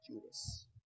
Judas